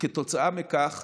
וכתוצאה מכך